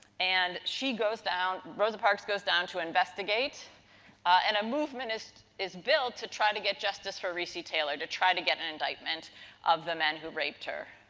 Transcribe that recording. and, she goes, rosa parks goes down to investigate and a movement is is built to try to get justice for recy taylor to try to get an indictment of the men who raped her.